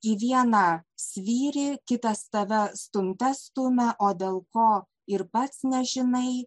į vieną svyri kitas tave stumte stumia o dėl ko ir pats nežinai